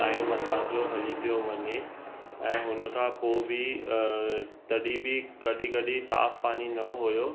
time असांजो हली पियो वञे ऐं हुन खां पोइ बि तॾहिं बि कॾहिं कॾहिं साफ़ु पानी न हुयो